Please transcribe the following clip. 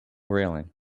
railing